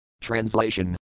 Translation